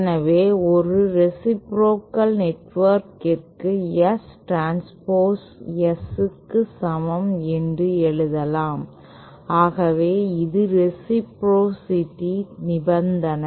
எனவே ஒரு ரேசிப்ரோகல் நெட்வொர்க்கிற்கு S டிரான்ஸ்போஸ் S க்கு சமம் என்று எழுதலாம் ஆகவே இது ரேசிப்ரோசிடி நிபந்தனை